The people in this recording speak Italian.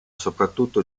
soprattutto